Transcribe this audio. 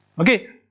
ok?